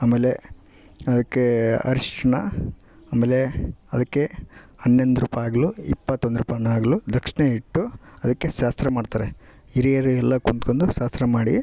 ಆಮೇಲೆ ಅದಕ್ಕೆ ಅರ್ಶಿಣ ಆಮೇಲೆ ಅದಕ್ಕೆ ಹನ್ನೊಂದು ರೂಪಾಯಾಗ್ಲು ಇಪ್ಪತ್ತೊಂದು ರೂಪಾಯಿನೊ ಆಗಲು ದಕ್ಷಿಣೆ ಇಟ್ಟು ಅದಕ್ಕೆ ಶಾಸ್ತ್ರ ಮಾಡ್ತಾರೆ ಹಿರಿಯರೇ ಎಲ್ಲಾ ಕೂತ್ಕಂಡು ಶಾಸ್ತ್ರ ಮಾಡಿ